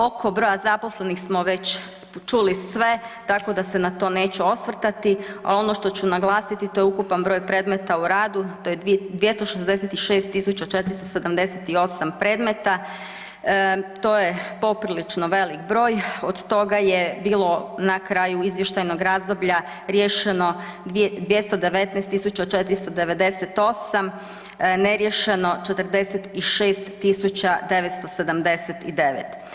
Oko broja zaposlenih smo čuli već sve tako da se na to neću osvrtati, ali ono što ću naglasiti to je ukupan broj predmeta to je 266.478 predmeta, to je poprilično velik broj, od toga je bilo na kraju izvještajnog razdoblja riješeno 219.498, neriješeno 46.979.